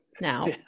now